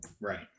right